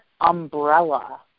umbrella –